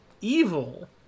evil